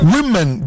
Women